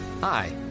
Hi